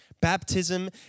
Baptism